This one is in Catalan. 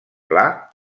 pla